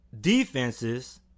defenses